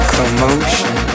Commotion